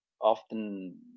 often